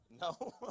No